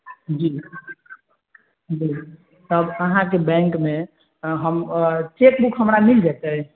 जी जी तब अहाँके बैंक मे हम चेकबुक हमरा मिल जेतै